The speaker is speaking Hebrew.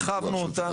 הרחבנו אותה.